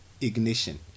ignition